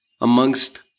amongst